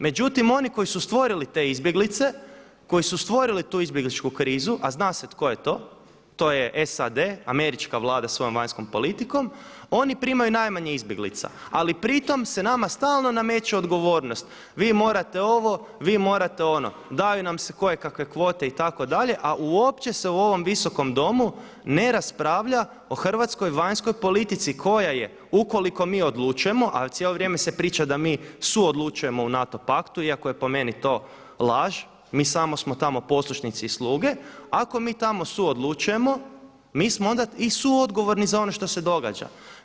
Međutim oni koji su stvorili te izbjeglice, koji su stvorili tu izbjegličku krizu, a zna se tko je to, to je SAD američka vlada svojom vanjskom politikom oni primaju najmanje izbjeglica, ali pri tom se nama stalno nameće odgovornost, vi morate ovo, vi morate ono, daju nam se kojekakve kvote itd. a uopće se u ovom Visom domu ne raspravlja o hrvatskoj vanjskoj politici koja je ukoliko mi odlučujemo, a cijelo vrijeme se priča da mi suodlučujemo u NATO Paktu iako je po meni to laž mi smo samo tamo poslušnici i sluge, ako mi tamo suodlučujemo mi smo onda i suodgovorni za ono što se događa.